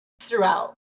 throughout